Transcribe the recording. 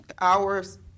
hours